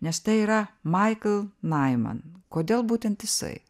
nes tai yra maikl naiman kodėl būtent jisai